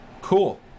cool